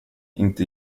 inte